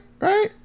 Right